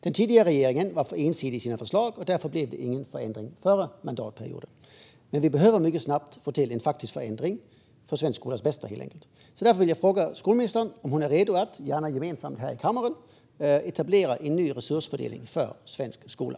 Den tidigare regeringen var för ensidig i sina förslag, och därför blev det ingen förändring förra mandatperioden. Men vi behöver snabbt få till en faktisk förändring för svensk skolas bästa. Därför vill jag fråga skolministern om hon är redo att - gärna gemensamt här i kammaren - etablera en ny resursfördelning för svensk skola.